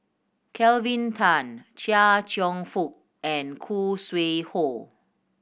Kelvin Tan Chia Cheong Fook and Khoo Sui Hoe